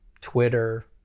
Twitter